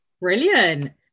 brilliant